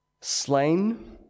slain